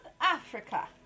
Africa